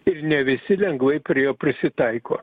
ir ne visi lengvai prie jo prisitaiko